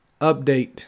update